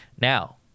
Now